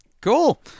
Cool